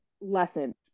lessons